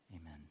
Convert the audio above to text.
Amen